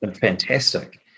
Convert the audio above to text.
fantastic